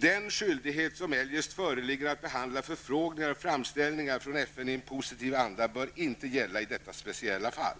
Den skyldighet som eljest föreligger att behandla förfrågningar och framställningar från FN i positiv anda bör inte gälla i detta speciella fall.